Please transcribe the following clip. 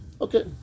Okay